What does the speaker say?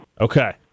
Okay